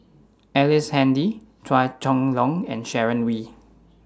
Ellice Handy Chua Chong Long and Sharon Wee